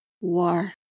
war